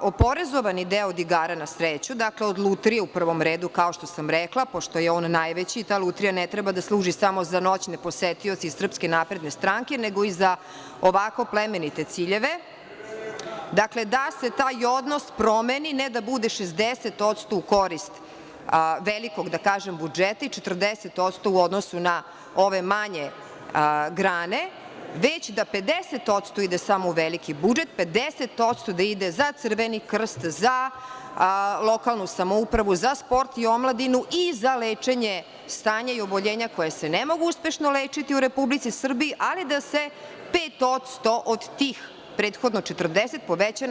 oporezovani deo od igara na sreću, od lutrije u prvom redu, kao što sam rekla, pošto je on najveći i ta lutrija ne treba da služi samo za noćne posetioce iz SNS, nego i za ovako plemenite ciljeve, da se taj odnos promeni, ne da bude 60% u korist velikog, da kažem budžeta i 40% u odnosu na ove manje grane, već da 50% ide samo u veliki budžet, a 50% da ide za Crveni krst za lokalnu samoupravu, za sport i omladinu i za lečenje stanja i oboljenja koja se ne mogu uspešno lečiti u Republici Srbiji, ali da se 5% od tih prethodno 40% poveća na 25%